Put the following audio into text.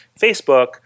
Facebook